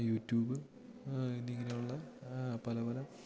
YouTube എന്നിങ്ങനെയുള്ള പല പല